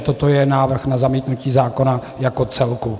Toto je návrh na zamítnutí zákona jako celku.